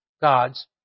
God's